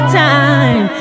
time